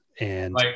And-